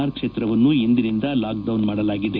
R ಕ್ಷೇತ್ರವನ್ನು ಇಂದಿನಿಂದ lock down ಮಾಡಲಾಗಿದೆ